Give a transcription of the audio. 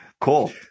Cool